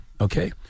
Okay